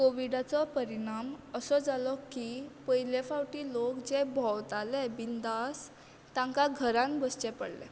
कोविडाचो परिणाम असो जालो की पयले फावटी लोक जे भोंवताले बिनदास तांकां घरांत बसचें पडलें